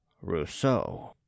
rousseau